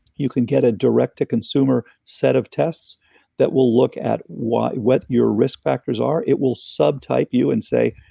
you can get a direct-to-consumer set of tests that will look at what what your risk factors are. it will sub-type you and say,